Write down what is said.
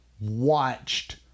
watched